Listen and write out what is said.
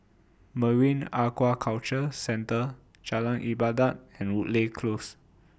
Marine Aquaculture Centre Jalan Ibadat and Woodleigh Close